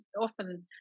often